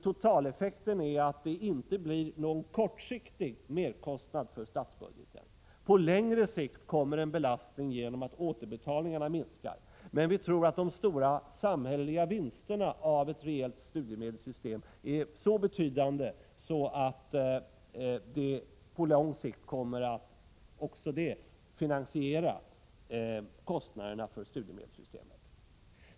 Totaleffekten blir att det inte uppstår någon kortsiktig merkostnad för statsbudgeten. På längre sikt blir det fråga om en belastning genom att återbetalningarna minskar, men vi tror att de stora samhälleliga vinsterna av ett rejält studiemedelssystem är så betydande att man också härigenom kommer att finansiera kostnaderna för själva systemet.